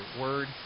word